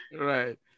Right